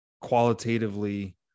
qualitatively